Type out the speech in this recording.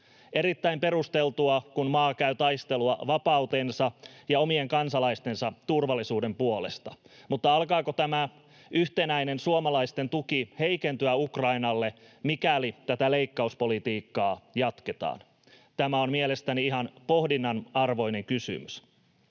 erittäin perusteltua, kun maa käy taistelua vapautensa ja omien kansalaistensa turvallisuuden puolesta, mutta alkaako tämä yhtenäinen suomalaisten tuki Ukrainalle heikentyä, mikäli tätä leikkauspolitiikkaa jatketaan? Tämä on mielestäni ihan pohdinnan arvoinen kysymys.